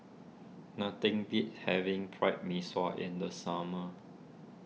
nothing beats having Pried Mee Sua in the summer